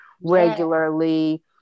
regularly